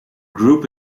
group